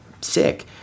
sick